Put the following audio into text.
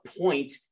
point